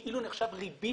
שזה כאילו נחשב ריבית